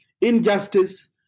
injustice